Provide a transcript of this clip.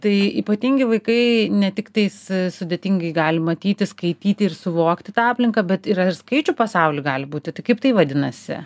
tai ypatingi vaikai ne tik tais sudėtingai gali matyti skaityti ir suvokti tą aplinką bet ir ar skaičių pasaulį gali būti tai kaip tai vadinasi